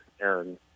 Aaron